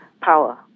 power